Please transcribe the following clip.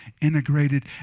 integrated